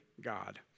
God